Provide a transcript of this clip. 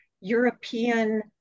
European